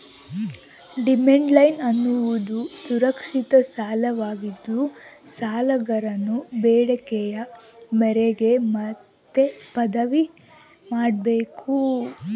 demand loan ಅನ್ನೋದುದು ಸುರಕ್ಷಿತ ಸಾಲವಾಗಿದ್ದು, ಸಾಲಗಾರನ ಬೇಡಿಕೆಯ ಮೇರೆಗೆ ಮತ್ತೆ ಪಾವತಿ ಮಾಡ್ಬೇಕು